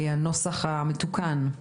הנוסח המתוקן.